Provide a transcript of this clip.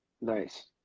nice